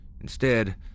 Instead